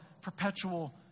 perpetual